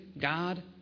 God